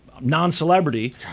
non-celebrity